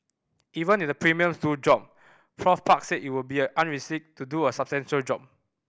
even if the premium to drop Prof Park said it will be unrealistic to do a substantial drop